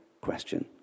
question